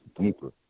deeper